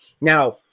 Now-